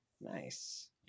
Nice